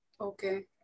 okay